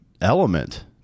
element